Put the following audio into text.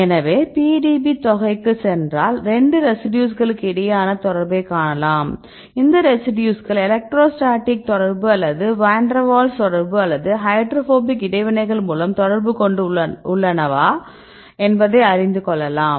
எனவே PDB தொகைக்குச் சென்றால் 2 ரெசிடியூஸ்களுக்கிடையேயான தொடர்பைக் காணலாம் இந்த ரெசிடியூஸ்கள் எலக்ட்ரோஸ்டாட்டிக் தொடர்பு அல்லது வான் டெர் வால்ஸ் தொடர்பு அல்லது ஹைட்ரோபோபிக் இடைவினைகள் மூலம் தொடர்புகொண்டு உள்ளனவா என்பதை அறிந்து கொள்ளலாம்